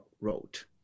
wrote